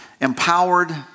empowered